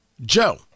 Joe